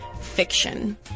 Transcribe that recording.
fiction